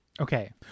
Okay